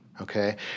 Okay